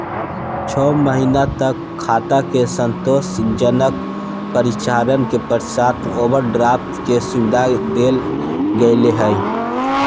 छो महीना तक खाता के संतोषजनक परिचालन के पश्चात ओवरड्राफ्ट के सुविधा देल गेलय हइ